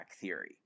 theory